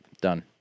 Done